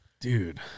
Dude